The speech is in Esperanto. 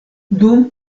dum